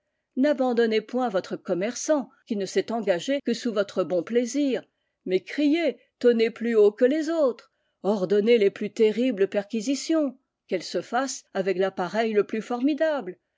n'abandonnez point votre commerçant qui ne s'est engagé que sous votre bon plaisir mais criez tonnez plus haut que les autres ordonnez les plus terribles perquisitions qu'elles se fassent avec l'appareil le plus formidable